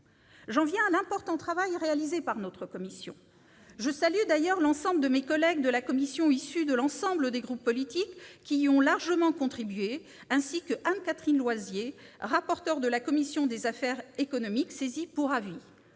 J'en viens à l'important travail réalisé par notre commission. Je salue d'ailleurs l'ensemble de ses membres, issus de l'ensemble des groupes politiques, qui y ont largement contribué, ainsi qu'Anne-Catherine Loisier, rapporteure de la commission des affaires économiques, saisie pour avis